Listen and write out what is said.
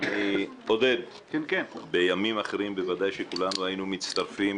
אני בימים אחרים בוודאי שכולנו היינו מצטרפים